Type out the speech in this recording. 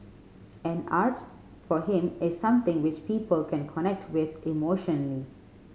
and art for him is something which people can connect with emotionally